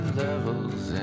levels